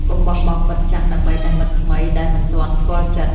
កុំបោះបង់មិត្តចាស់ដើម្បីតែមិត្តថ្មីដែលមិនទាន់ស្គាល់ចិត្ត។